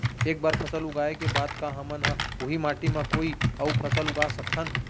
एक बार फसल उगाए के बाद का हमन ह, उही माटी मा कोई अऊ फसल उगा सकथन?